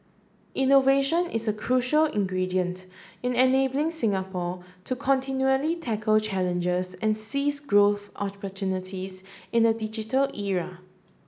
innovation is a crucial ingredient in enabling Singapore to continually tackle challenges and seize growth opportunities in a digital era